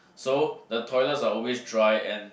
so the toilets are always dry and